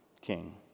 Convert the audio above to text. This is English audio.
King